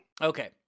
Okay